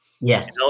Yes